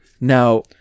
Now